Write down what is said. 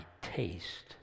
taste